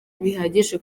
bihagije